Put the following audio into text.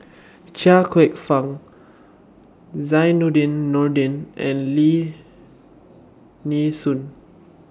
Chia Kwek Fah Zainudin Nordin and Lim Nee Soon